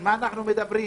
על מה אנחנו מדברים?